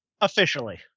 Officially